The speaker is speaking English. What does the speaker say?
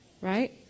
right